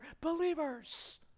believers